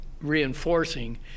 reinforcing